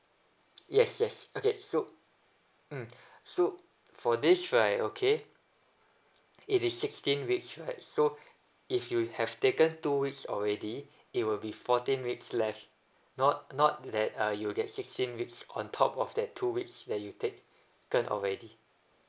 yes yes okay so mm so for this right okay it is sixteen weeks right so if you have taken two weeks already it will be fourteen weeks left not not that uh you'll get sixteen weeks on top of that two weeks where you take claim already